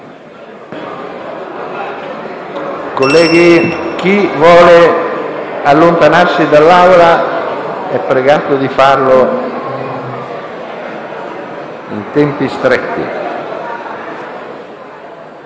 Colleghi, chi vuole allontanarsi dall'Aula, è pregato di farlo in tempi rapidi.